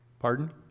Pardon